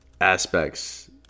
aspects